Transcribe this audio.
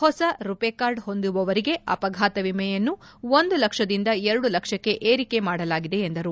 ಹೊಸ ರುಪೆ ಕಾರ್ಡ್ ಹೊಂದುವವರಿಗೆ ಅಪಘಾತ ವಿಮೆಯನ್ನು ಒಂದು ಲಕ್ಷದಿಂದ ಎರಡು ಲಕ್ಷಕ್ಕೆ ಏರಿಕೆ ಮಾಡಲಾಗಿದೆ ಎಂದರು